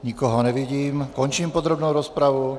Nikoho nevidím, končím podrobnou rozpravu.